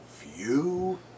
view